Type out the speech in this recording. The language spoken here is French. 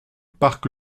parc